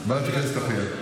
ועדת הכנסת תכריע.